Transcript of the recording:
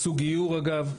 עשו גיור אגב,